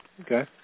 Okay